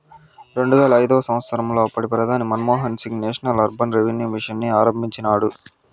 రెండువేల ఐదవ సంవచ్చరంలో అప్పటి ప్రధాని Manmohan Singh national urban renewal mission ని ఆరంభించినాడు